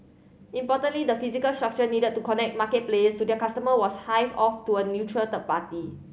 importantly the physical structure needed to connect market players to their customer was hived off to a neutral third party